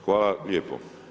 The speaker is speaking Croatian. Hvala lijepo.